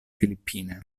filippine